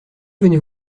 venez